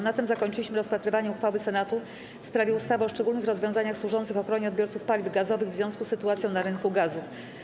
Na tym zakończyliśmy rozpatrywanie uchwały Senatu w sprawie ustawy o szczególnych rozwiązaniach służących ochronie odbiorców paliw gazowych w związku z sytuacją na rynku gazu.